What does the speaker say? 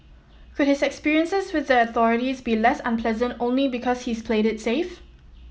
could his experiences with the authorities be less unpleasant only because he's played it safe